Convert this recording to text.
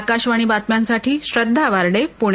आकाशवाणी बातम्यांसाठी श्रद्धा वार्डे पुणे